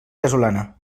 casolana